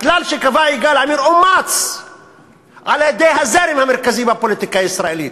הכלל שקבע יגאל עמיר אומץ על-ידי הזרם המרכזי בפוליטיקה הישראלית.